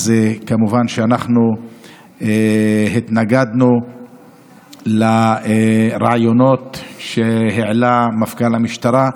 כמובן שאנחנו התנגדנו לרעיונות שהעלה מפכ"ל המשטרה,